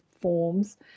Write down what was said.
forms